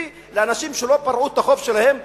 ספציפי כלפי אנשים שלא פרעו את החוב שלהם,